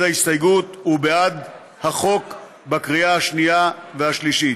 ההסתייגות ובעד החוק בקריאה השנייה והשלישית.